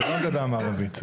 זה לא הגדה המערבית.